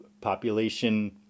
population